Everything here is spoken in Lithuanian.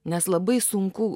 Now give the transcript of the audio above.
nes labai sunku